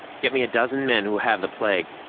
get me a dozen men who have the plague.